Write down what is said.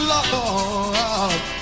Lord